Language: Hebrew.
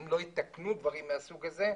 ואם לא יתקנו דברים מסוג זה,